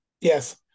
yes